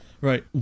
right